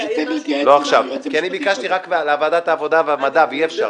כי אני ביקשתי רק ועדת העבודה והמדע ואי אפשר,